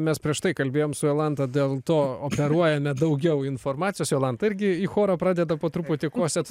mes prieš tai kalbėjom su jolanta dėl to operuojame daugiau informacijos jolanta irgi į chorą pradeda po truputį kosėt